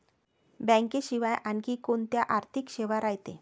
बँकेशिवाय आनखी कोंत्या आर्थिक सेवा रायते?